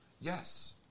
yes